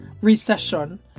recession